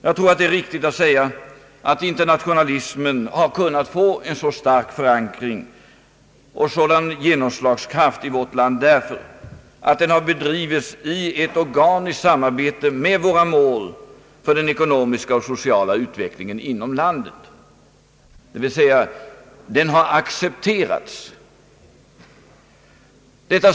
Jag tror att det är riktigt att säga att internationalismen har kunnat få en så stark förankring och en sådan genomslagskraft i vårt land därför att den har bedrivits i ett organiskt samarbete med våra mål för den ekonomiska och sociala utvecklingen, dvs. den har accepterats.